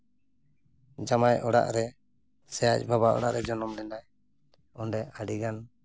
ᱡᱟᱢᱟᱭ ᱚᱲᱟᱜ ᱨᱮ ᱥᱮ ᱟᱡ ᱵᱟᱵᱟ ᱚᱲᱟᱜ ᱨᱮᱭ ᱡᱚᱱᱚᱢ ᱞᱮᱱᱟᱭ ᱚᱸᱰᱮ ᱟᱹᱰᱤᱜᱟᱱ